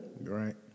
Right